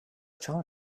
jaw